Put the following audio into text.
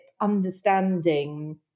understanding